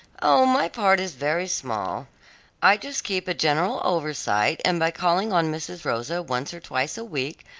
oh, my part is very small i just keep a general oversight, and by calling on mrs. rosa once or twice a week,